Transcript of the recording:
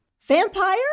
Vampire